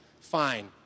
Fine